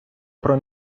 про